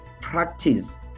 practice